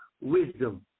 wisdom